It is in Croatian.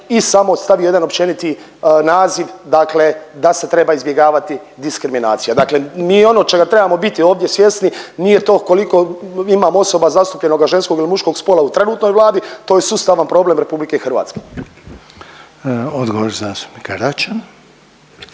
i samo stavio jedan općeniti naziv da se treba izbjegavati diskriminacija. Dakle, mi onoga čega trebamo biti ovdje svjesni nije to koliko imamo osoba zastupljenoga ženskog ili muškog spola u trenutnoj Vladi, to je sustavan problem RH. **Reiner, Željko (HDZ)** Odgovor zastupnika Račana.